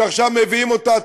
שעכשיו מביאים אותה,